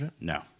No